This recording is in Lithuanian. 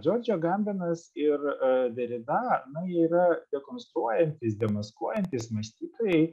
džordžo gambenas ir derida na jie yra dekonstruojantys demaskuojantys mąstytojai